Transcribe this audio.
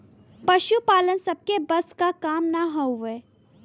पसुपालन सबके बस क काम ना हउवे